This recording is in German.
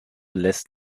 lässt